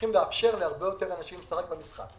צריכים לאפשר להרבה יותר אנשים לשחק במשחק.